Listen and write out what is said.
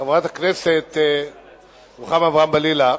חברת הכנסת רוחמה אברהם-בלילא,